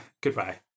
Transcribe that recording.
Goodbye